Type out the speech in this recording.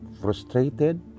frustrated